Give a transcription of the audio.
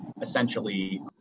essentially